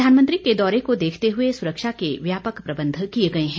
प्रधानमंत्री के दौरे को देखते हुए सुरक्षा के व्यापक प्रबंध किए गए हैं